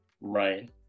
Right